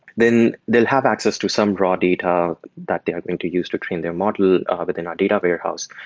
then they'll have access to some raw data that they are going to use to train their model within our data warehouse.